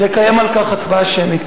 ולקיים על כך הצבעה שמית.